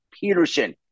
Peterson